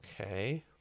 Okay